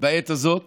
בעת הזאת